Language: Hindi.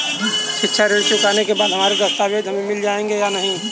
शिक्षा ऋण चुकाने के बाद हमारे दस्तावेज हमें मिल जाएंगे या नहीं?